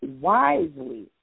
wisely